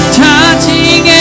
touching